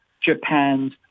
Japan's